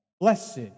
Blessed